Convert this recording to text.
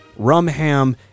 rumham